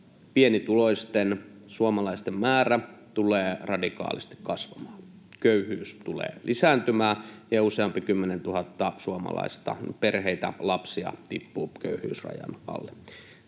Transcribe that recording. pienituloisten suomalaisten määrä tulee radikaalisti kasvamaan, köyhyys tulee lisääntymään ja useampi kymmenen tuhatta suomalaista — perheitä, lapsia — tippuu köyhyysrajan alle.